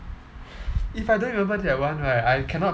if I don't remember that one right I cannot